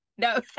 No